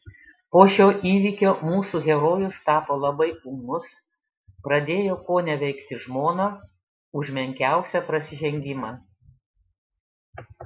po šio įvykio mūsų herojus tapo labai ūmus pradėjo koneveikti žmoną už menkiausią prasižengimą